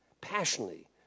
passionately